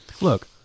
look